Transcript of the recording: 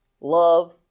love